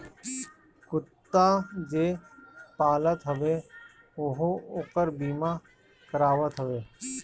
कुत्ता जे पालत हवे उहो ओकर बीमा करावत हवे